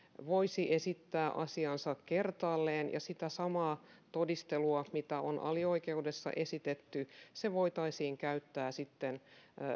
voisi esittää asiansa kertaalleen ja että sitä samaa todistelua mitä on alioikeudessa esitetty voitaisiin käyttää sitten